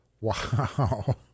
Wow